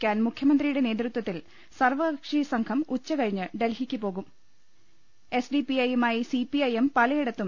ക്കാൻ മുഖ്യമന്ത്രിയുടെ നേതൃത്വത്തിൽ സർവ്വകക്ഷി സംഘം ഉച്ചകഴിഞ്ഞ് ഡൽഹിക്ക് പോകും എസ് ഡി പി ഐയുമായി സി പി ഐ എം പലയിടത്തും